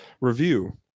review